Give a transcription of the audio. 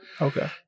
Okay